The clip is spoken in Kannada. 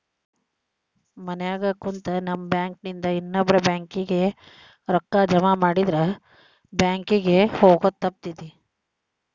ಮನ್ಯಾಗ ಕುಂತು ನಮ್ ಬ್ಯಾಂಕ್ ನಿಂದಾ ಇನ್ನೊಬ್ಬ್ರ ಬ್ಯಾಂಕ್ ಕಿಗೆ ರೂಕ್ಕಾ ಜಮಾಮಾಡಿದ್ರ ಬ್ಯಾಂಕ್ ಕಿಗೆ ಹೊಗೊದ್ ತಪ್ತೆತಿ